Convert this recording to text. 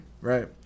right